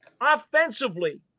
offensively